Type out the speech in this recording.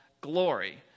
glory